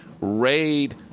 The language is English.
raid